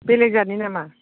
बेलेग जाथनि नामा